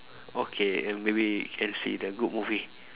okay and maybe can see the good movie